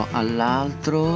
all'altro